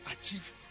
achieve